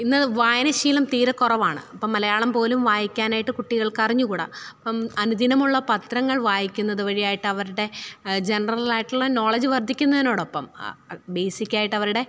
ഇന്ന് വായനാശീലം തീരെ കുറവാണ് അപ്പം മലയാളം പോലും വായിക്കാനായിട്ട് കുട്ടികൾക്ക് അറിഞ്ഞുകൂടാ അപ്പം അനുദിനം ഉള്ള പത്രങ്ങൾ വായിക്കുന്നത് വഴിയായിട്ട് അവരുടെ ജനറൽ ആയിട്ടുള്ള നോളേജ് വർദ്ധിക്കുന്നതിനോടൊപ്പം ആ ബേസിക്ക് ആയിട്ട് അവരുടെ